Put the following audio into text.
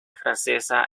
francesa